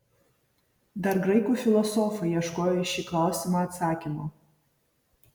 dar graikų filosofai ieškojo į šį klausimą atsakymo